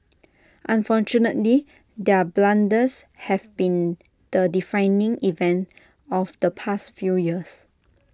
unfortunately their blunders have been the defining event of the past few years